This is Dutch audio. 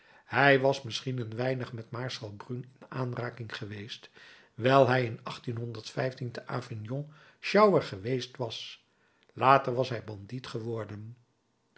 hij was misschien een weinig met maarschalk brune in aanraking geweest wijl hij in te avignon sjouwer geweest was later was hij bandiet geworden